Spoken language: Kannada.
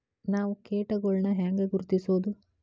ನಾವ್ ಕೇಟಗೊಳ್ನ ಹ್ಯಾಂಗ್ ಗುರುತಿಸೋದು?